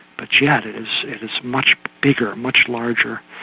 but yeah it is it is much bigger, much larger,